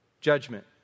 judgment